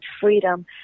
freedom